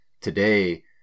today